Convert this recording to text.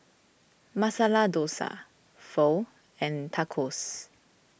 Masala Dosa Pho and Tacos